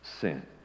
sin